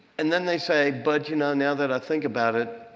and then they say, but you know, now that i think about it,